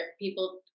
people